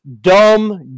dumb